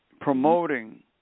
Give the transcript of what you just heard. promoting